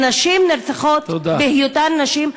שנשים נרצחות בהיותן נשים,